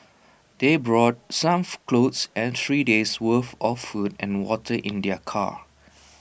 they brought some clothes and three days' worth of food and water in their car